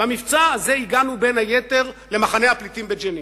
במבצע הזה הגענו בין היתר למחנה הפליטים בג'נין.